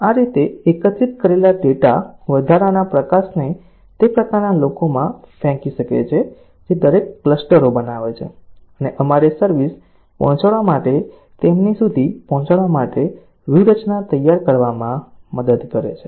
આ રીતે એકત્રિત કરેલા ડેટા વધારાના પ્રકાશને તે પ્રકારના લોકોમાં ફેંકી શકે છે જે દરેક ક્લસ્ટરો બનાવે છે અને અમારી સર્વિસ પહોંચાડવા માટે તેમની સુધી પહોંચવા માટે વ્યૂહરચના તૈયાર કરવામાં મદદ કરે છે